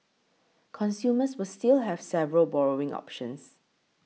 consumers will still have several borrowing options